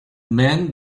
men